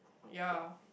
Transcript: ya